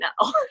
no